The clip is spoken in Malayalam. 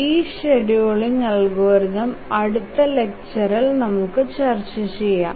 ഈ ഷഡ്യൂളിങ് അൽഗോരിതം അടുത്ത ലെക്ചർഇൽ നമുക്ക് ചർച്ച ചെയാം